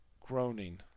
groaning